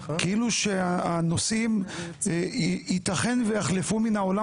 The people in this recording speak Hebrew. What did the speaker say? כאילו שהנושאים ייתכן ויחלפו מן העולם